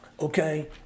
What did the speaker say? okay